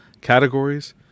categories